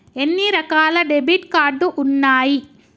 ఎన్ని రకాల debit card ఉన్నాయి?